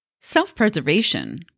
Self-preservation